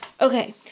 Okay